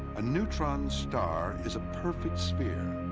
a neutron star is a perfect sphere,